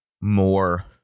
more